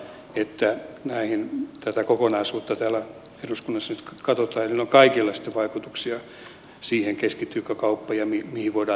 se on totta että tätä kokonaisuutta täällä eduskunnassa nyt katsotaan ja niillä kaikilla on sitten vaikutuksia siihen keskittyykö kauppa ja mihin voidaan rakentaa jnp